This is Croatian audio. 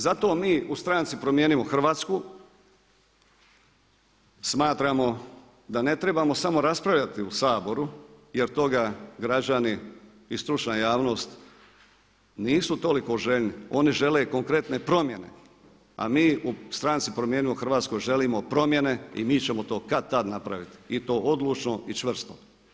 Zato mi u stranci Promijenimo Hrvatsku smatramo da ne trebamo samo raspravljati u Saboru jer toga građani i stručna javnost nisu toliko željni, oni žele konkretne promjene, a mi u stranci Promijenimo Hrvatsku želimo promjene i mi ćemo to kad-tad napraviti i to odlučno i čvrsto.